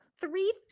three